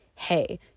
Hey